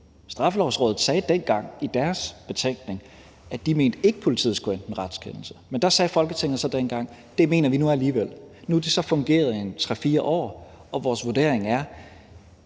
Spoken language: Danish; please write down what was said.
Straffelovrådet sagde dengang i deres betænkning, at de ikke mente, at politiet skulle indhente en retskendelse, men der sagde Folketinget så: Det mener vi nu alligevel de skal. Nu har det så fungeret en 3-4 år, og vores vurdering er,